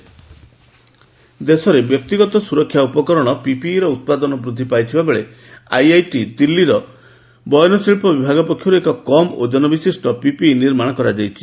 IIT PPE ଦେଶରେ ବ୍ୟକ୍ତିଗତ ସୁରକ୍ଷା ଉପକରଣ ପିପିଇର ଉତ୍ପାଦନ ବୃଦ୍ଧି ପାଇଥିବା ବେଳେ ଆଇଆଇଟି ଦିଲ୍ଲୀର ବୟନଶିଳ୍ପ ବିଭାଗ ପକ୍ଷରୁ ଏକ କମ୍ ଓଜନ ବିଶିଷ୍ଟ ପିପିଇ ନିର୍ମାଣ କରାଯାଇଛି